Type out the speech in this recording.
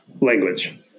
language